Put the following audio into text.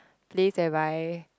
place where by